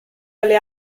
alle